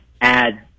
add